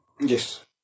Yes